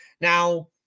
Now